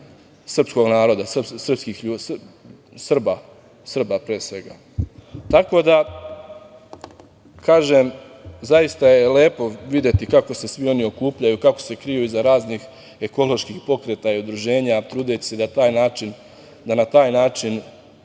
srpskog naroda, Srba pre svega. Zaista je lepo videti kako se svi oni okupljaju, kako se kriju iz raznih ekoloških pokreta i udruženja, trudeći se da na taj način